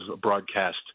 broadcast